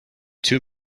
two